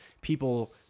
people